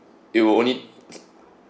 it will only